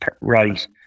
right